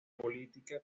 política